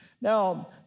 Now